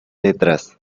letras